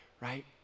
right